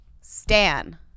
stan